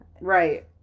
Right